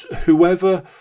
Whoever